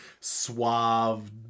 suave